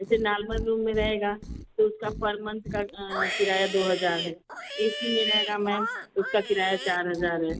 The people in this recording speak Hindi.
जैसे नॉर्मल रूम में रहेगा तो उसका पर मन्थ का किराया दो हज़ार है ए सी में रहेगा मैम उसका किराया चार हज़ार है